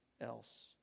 else